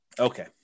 Okay